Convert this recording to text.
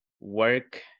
work